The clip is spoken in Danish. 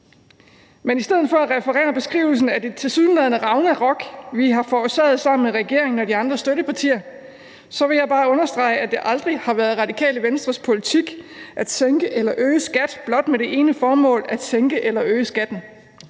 Men i stedet for at referere beskrivelsen af det tilsyneladende ragnarok, vi har forårsaget sammen med regeringen og de andre støttepartier, så vil jeg bare understrege, at det aldrig har været Radikale Venstres politik at sænke eller øge en skat blot med det ene formål at sænke eller øge skatten.